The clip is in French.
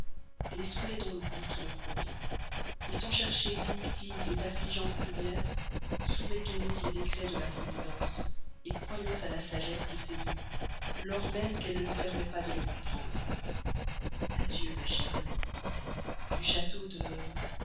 laissons-les dans l'oubli qui leur convient sans chercher d'inutiles d'affligeantes lumières soumettons nous aux décrets de la providence et croyons à la sagesse de ses vues lors même qu'elle ne nous permet pas de les comprendre adieu ma chère amie ô mon amie de